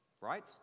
Right